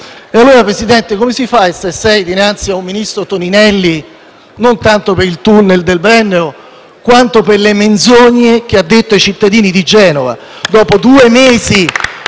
fa allora, Presidente, ad essere seri dinanzi ad un ministro come Toninelli, non tanto per il tunnel del Brennero, quanto per le menzogne che ha detto ai cittadini di Genova, visto che dopo